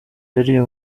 yariye